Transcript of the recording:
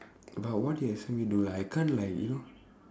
but what you expect me to do like I can't like you know